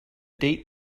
date